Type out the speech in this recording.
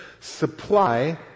Supply